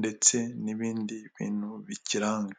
ndetse n'ibindi bintu bikiranga.